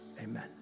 Amen